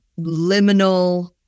liminal